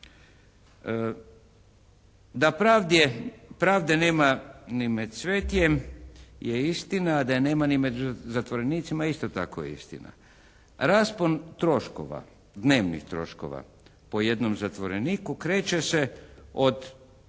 je, pravde nema ni med cvetjem je istina. A da je nema ni med zatvorenicima isto tako je istina. Raspon troškova, dnevnih troškova, po jednom zatvoreniku kreće se od